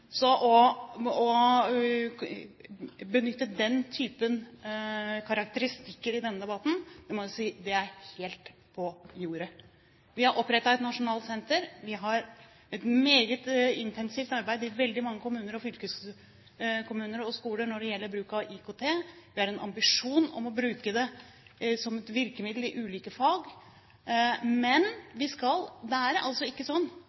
Å benytte den typen karakteristikker i denne debatten må jeg si er helt på jordet. Vi har opprettet et nasjonalt senter. Vi har et meget intensivt arbeid i veldig mange kommuner, fylkeskommuner og skoler når det gjelder bruk av IKT. Vi har en ambisjon om å bruke det som et virkemiddel i ulike fag, men vi kan ikke